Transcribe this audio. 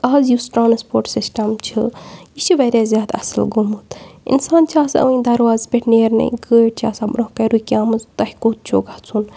آز یُس transport system چھِ یہِ چھِ واریاہ زیادٕ اَصٕل گوٚمُت اِنسان چھِ آسان ؤنۍ دَروازَس پٮ۪ٹھ نیرنٕے گٲڑۍ چھِ آسان برٛونٛہہ کَنہِ رُکیمٕژ تۄہہِ کوٚت چھُو گژھُن